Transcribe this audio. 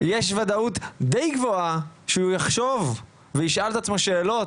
אבל יש וודאות דיי גבוהה שהוא יחשוב וישאל את עצמו שאלות